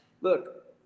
look